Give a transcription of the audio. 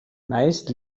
meist